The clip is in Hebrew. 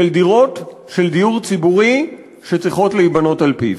של דירות של דיור ציבורי שצריכות להיבנות על-פיו.